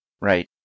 Right